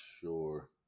sure